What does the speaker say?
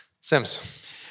Sims